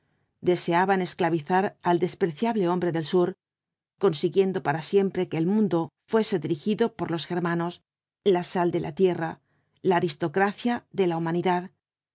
deseaban esclavizar al despreciable hombre del sur consiguiendo para siempre que el mundo fuese dirigido por los germanos la sal de la tierra la aristocracia de la humanidad